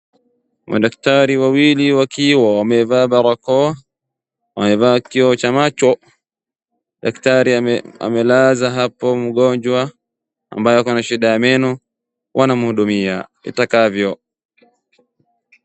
Madaktari wawili wakiwa wamevaa barakoa, wamevaa kioo cha macho, daktari amelaza hapo mgonjwa ambaye ako na shida ya meno wanamhudumia itakavyo.